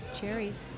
Cherries